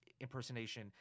impersonation